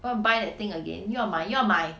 go and buy that thing again 又要买又要买